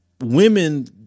women